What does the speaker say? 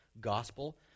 gospel